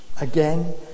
again